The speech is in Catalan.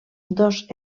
dos